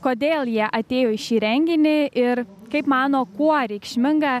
kodėl jie atėjo į šį renginį ir kaip mano kuo reikšminga